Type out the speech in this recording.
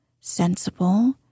sensible